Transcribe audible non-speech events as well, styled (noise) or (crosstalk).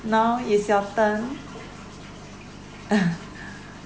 now is your turn (laughs)